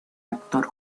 actor